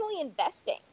investing